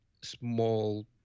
small